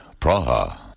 Praha